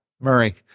Murray